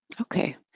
Okay